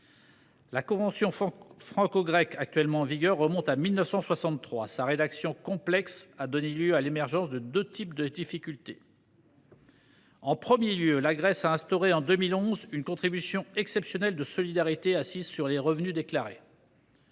La convention franco grecque en vigueur date de 1963. Sa rédaction complexe a donné lieu à l’émergence de deux types de difficultés. En premier lieu, la Grèce a instauré, en 2011, une contribution exceptionnelle de solidarité assise sur les revenus déclarés.